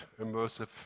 immersive